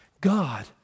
God